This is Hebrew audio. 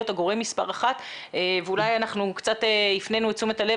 הגורם מספר 1. אולי אנחנו קצת הפנינו את תשומת הלב